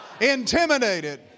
intimidated